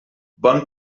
bon